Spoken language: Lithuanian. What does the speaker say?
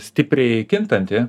stipriai kintanti